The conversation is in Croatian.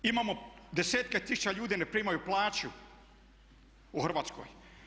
Imamo desetke tisuća ljudi koji ne primaju plaću u Hrvatskoj.